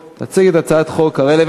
חבר הכנסת בן צור בעד.